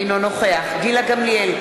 אינו נוכח גילה גמליאל,